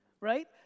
right